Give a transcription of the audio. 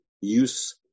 use